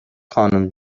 خانوم